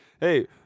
Hey